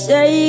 Say